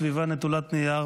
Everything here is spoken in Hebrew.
סביבה נטולת נייר,